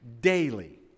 daily